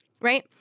right